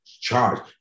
charge